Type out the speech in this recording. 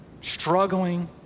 struggling